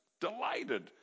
delighted